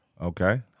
Okay